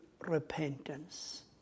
repentance